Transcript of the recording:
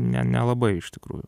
ne nelabai iš tikrųjų